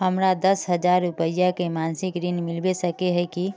हमरा दस हजार रुपया के मासिक ऋण मिलबे सके है की?